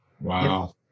wow